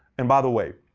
and by the way,